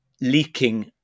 leaking